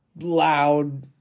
loud